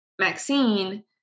Maxine